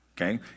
Okay